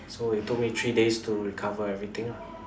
so it took me three days to recover everything lah